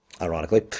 ironically